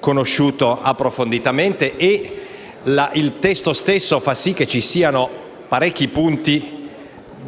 conosciuto approfonditamente e il testo stesso fa sì che siano parecchi i punti